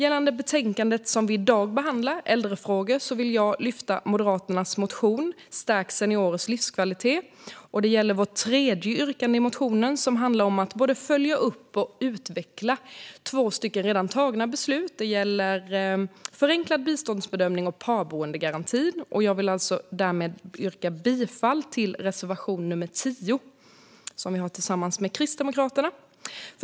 I betänkandet som vi behandlar i dag om äldrefrågor vill jag lyfta fram det tredje yrkandet i Moderaternas motion om att stärka seniorers livskvalitet, som handlar om att både följa upp och utveckla två redan tagna beslut om förenklad biståndsbedömning och parboendegarantin. Jag vill därmed yrka bifall till reservation 10 från Moderaterna och Kristdemokraterna.